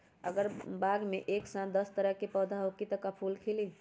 अगर बाग मे एक साथ दस तरह के पौधा होखि त का फुल खिली?